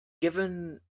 given